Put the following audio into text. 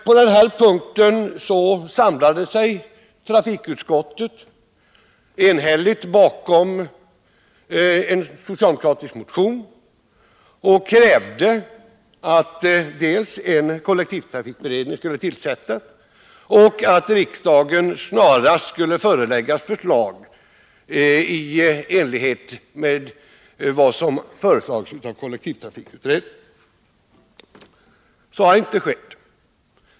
På denna punkt samlades trafikutskottet enhälligt bakom en socialdemokratisk motion och krävde att en kollektivtrafikberedning skulle tillsättas och att riksdagen snarast skulle föreläggas förslag i enlighet med vad som föreslagits av kollektivtrafikutredningen. Så har inte skett.